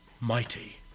mighty